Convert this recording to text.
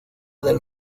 del